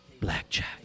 Blackjack